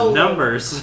numbers